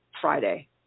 Friday